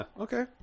Okay